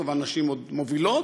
וכמובן נשים עוד מובילות,